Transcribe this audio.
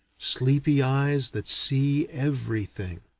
sleepy eyes that see everything.